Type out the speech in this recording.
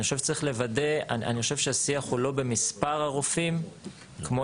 אני חושב שהשיח הוא לא במספר הרופאים כמו